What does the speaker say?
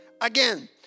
Again